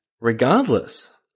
regardless